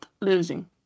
losing